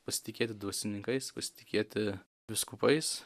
pasitikėti dvasininkais pasitikėti vyskupais